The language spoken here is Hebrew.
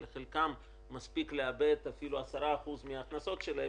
שלחלקן מספיק לאבד אפילו רק 10% מההכנסות שלהן.